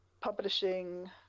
publishing